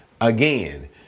again